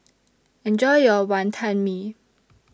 Enjoy your Wantan Mee